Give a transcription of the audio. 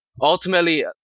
Ultimately